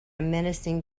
menacing